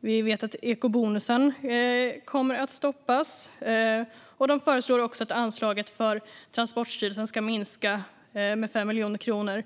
Vi vet att ekobonusen kommer att stoppas. De föreslår också att anslaget till Transportstyrelsen ska minskas med ytterligare 5 miljoner,